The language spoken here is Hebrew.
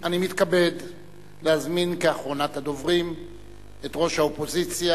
אני מתכבד להזמין כאחרונת הדוברים את ראש האופוזיציה,